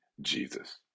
Jesus